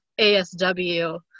ASW